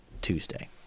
Tuesday